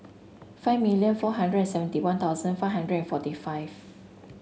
five million four hundred and seventy One Thousand five hundred and forty five